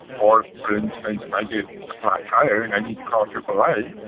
or for instance if i get a flat tire and i need to call aaa,